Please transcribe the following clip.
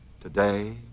Today